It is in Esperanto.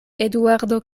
eduardo